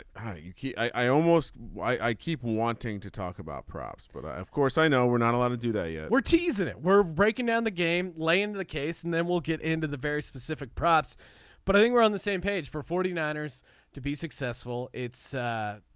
hi i almost. why i keep wanting to talk about props but of course i know we're not allowed to do that. yeah we're teasing it. we're breaking down the game lay into the case and then we'll get into the very specific props but i think we're on the same page for forty niners to be successful. it's a